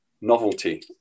novelty